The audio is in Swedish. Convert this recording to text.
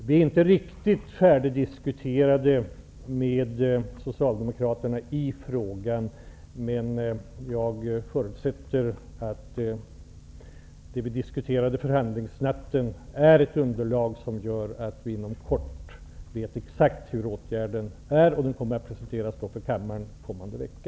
Vi har inte diskuterat frågan färdigt med Socialdemokraterna, men jag förutsätter att det vi diskuterade under förhandlingsnatten är ett underlag, som gör att vi inom kort vet exakt hur åtgärden blir. Den kommer att presenteras för kammaren kommande vecka.